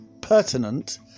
pertinent